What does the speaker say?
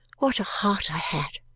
what a heart i had!